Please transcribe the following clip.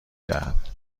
دهد